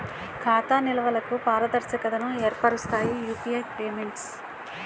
ఖాతా నిల్వలకు పారదర్శకతను ఏర్పరుస్తాయి యూపీఐ పేమెంట్స్